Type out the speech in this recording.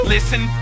Listen